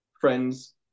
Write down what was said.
friends